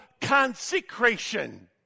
consecration